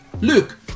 Luke